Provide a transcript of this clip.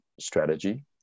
strategy